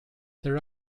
there